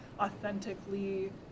authentically